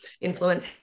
influence